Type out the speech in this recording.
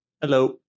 Hello